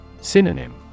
Synonym